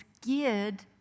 geared